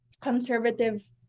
conservative